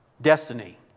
destiny